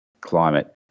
climate